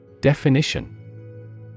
Definition